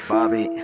Bobby